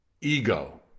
ego